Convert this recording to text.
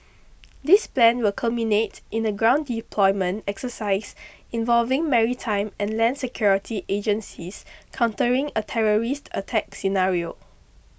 this plan will culminate in a ground deployment exercise involving maritime and land security agencies countering a terrorist attack scenario